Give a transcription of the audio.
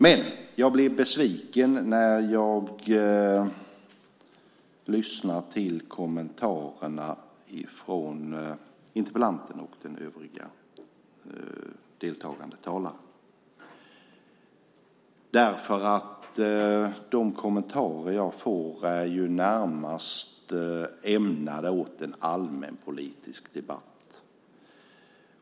Men jag blev besviken när jag lyssnade på kommentarerna från interpellanten och den andra deltagande talaren därför att kommentarerna närmast är ämnade för en allmänpolitisk debatt.